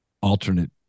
alternate